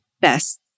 best